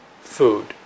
food